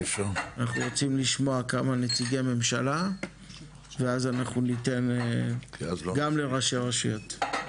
אנחנו רוצים לשמוע כמה נציגי ממשלה ואז אנחנו ניתן גם לראשי רשויות.